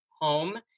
home